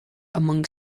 among